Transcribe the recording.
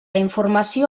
informació